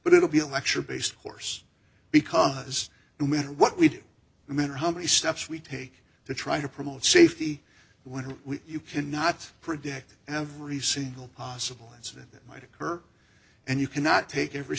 but it'll be a lecture based course because no matter what we do remember how many steps we take to try to promote safety when you cannot predict every single possible incident that might occur and you cannot take every